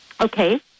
Okay